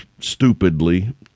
stupidly